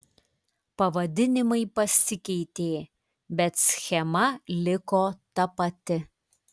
pavadinimai pasikeitė bet schema liko ta pati